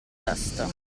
testa